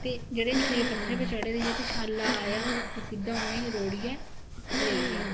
ते जेहडे़ निक्के निक्के पत्थरे उपर चढ़े दे हे ते छल्ला आया ते सिद्धा उनेंगी रोढ़ियै लेई गेआ